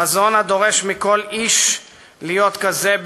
חזון הדורש מכל איש להיות כזה,